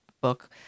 book